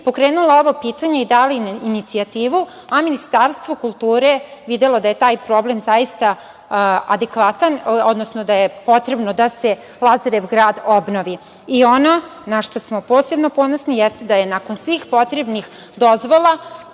pokrenula ovo pitanje i dali inicijativu, a Ministarstvo kulture videlo da je taj problem zaista adekvatan, odnosno da je potrebno da se Lazarev grad obnovi. Ono na šta smo posebno ponosni jeste da je nakon svih potrebnih dozvola